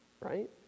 right